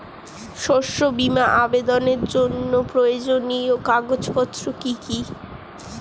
শস্য বীমা আবেদনের জন্য প্রয়োজনীয় কাগজপত্র কি কি?